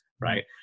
right